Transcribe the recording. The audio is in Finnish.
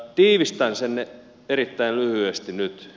tiivistän sen erittäin lyhyesti nyt